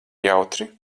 jautri